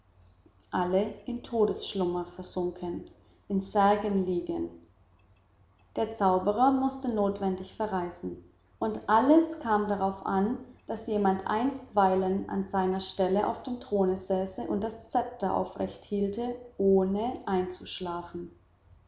alle in todesschlummer versunken in särgen liegen der zauberer mußte notwendig verreisen und alles kam darauf an daß jemand einstweilen an seiner stelle auf dem throne säße und das szepter aufrecht hielte ohne einzuschlafen